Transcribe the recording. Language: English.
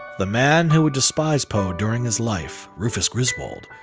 the man who would despise poe during his life, rufus griswold,